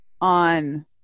on